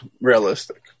realistic